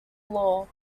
law